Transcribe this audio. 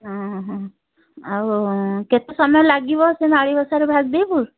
ହଁ ହଁ ଆଉ କେତେ ସମୟ ଲାଗିବ ସେ ମାଳିବସାରୁ ଭାଗଦେଇପୁର